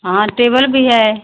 हाँ टेबल भी है